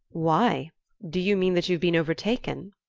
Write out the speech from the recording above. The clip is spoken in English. why do you mean that you've been overtaken?